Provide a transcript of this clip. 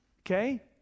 Okay